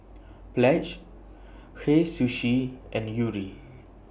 Pledge Hei Sushi and Yuri